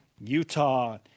Utah